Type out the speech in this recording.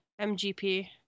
MGP